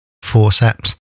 forceps